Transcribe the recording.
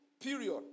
Period